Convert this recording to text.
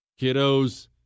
Kiddos